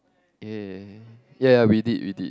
ya ya ya we did we did